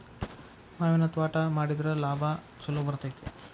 ಮಾವಿನ ತ್ವಾಟಾ ಮಾಡಿದ್ರ ಲಾಭಾ ಛಲೋ ಬರ್ತೈತಿ